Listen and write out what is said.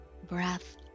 Breath